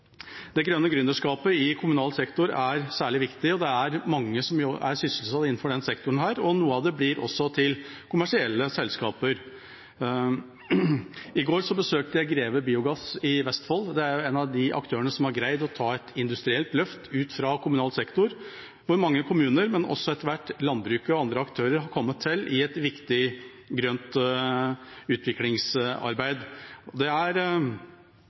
Det grønne gründerskapet i kommunal sektor er særlig viktig, og det er mange sysselsatt innenfor denne sektoren. Noen aktører blir også til kommersielle selskaper. I går besøkte jeg Greve Biogass i Vestfold. Det er en av aktørene som har greid å ta et industrielt løft ut fra kommunal sektor, hvor mange kommuner, men også etter hvert landbruket og andre aktører, gjør et viktig grønt utviklingsarbeid. Det er